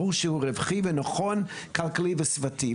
ברור שהוא רווחי ונכון כלכלי וסביבתי,